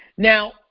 Now